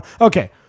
Okay